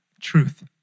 truth